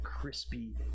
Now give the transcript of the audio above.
crispy